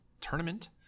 tournament